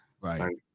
Right